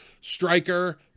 striker